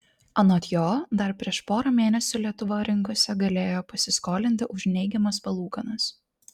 anot jo dar prieš porą mėnesių lietuva rinkose galėjo pasiskolinti už neigiamas palūkanas